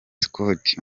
scott